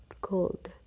cold